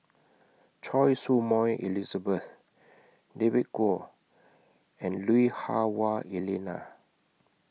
Choy Su Moi Elizabeth David Kwo and Lui Hah Wah Elena